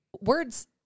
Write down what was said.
words